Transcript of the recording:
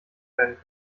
werden